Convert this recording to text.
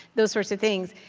those sort of things,